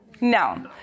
No